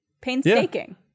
Painstaking